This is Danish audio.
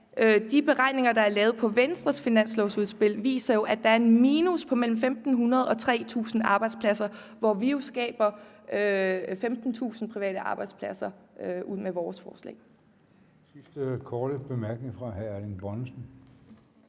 de beregninger, der er lavet i Venstres finanslovsudspil, viser, at der er et minus på mellem 1.500 og 3.000 arbejdspladser, hvor vi jo skaber 15.000 private arbejdspladser med vores forslag.